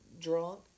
drunk